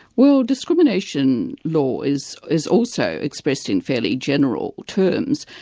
well discrimination law is is also expressed in fairly general terms,